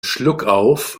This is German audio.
schluckauf